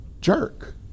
jerk